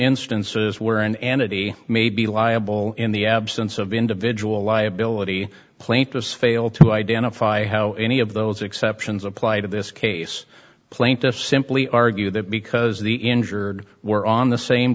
instances where an entity may be liable in the absence of individual liability plaintiffs fail to identify how any of those exceptions apply to this case plaintiffs simply argue that because the injured were on the same